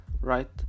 right